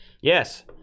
yes